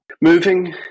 moving